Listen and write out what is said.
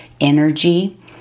energy